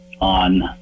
on